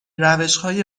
روشهای